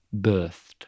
birthed